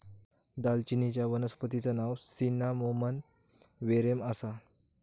दालचिनीचच्या वनस्पतिचा नाव सिन्नामोमम वेरेम आसा